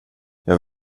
jag